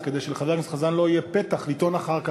אז כדי שלחבר הכנסת חזן לא יהיה פתח לטעון אחר כך,